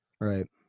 Right